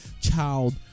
child